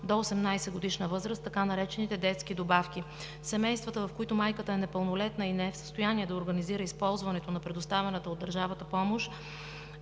до 18-годишна възраст, така наречените детски добавки. В семействата, в които майката е непълнолетна и не е в състояние да организира използването на предоставената от държавата помощ,